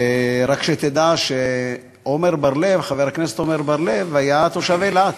ורק שתדע שחבר הכנסת עמר בר-לב היה תושב אילת.